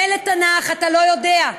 מילא, תנ"ך אתה לא יודע,